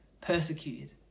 persecuted